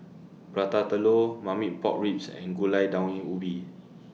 Prata Telur Marmite Pork Ribs and Gulai Daun Ubi